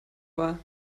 war